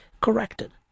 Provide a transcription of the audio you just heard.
Corrected